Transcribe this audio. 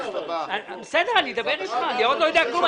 כן, בסדר, אני אדבר אתך, אני עוד לא יודע כלום.